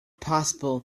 possible